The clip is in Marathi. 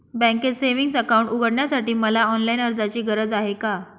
बँकेत सेविंग्स अकाउंट उघडण्यासाठी मला ऑनलाईन अर्जाची गरज आहे का?